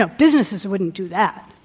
um businesses wouldn't do that.